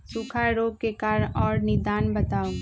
सूखा रोग के कारण और निदान बताऊ?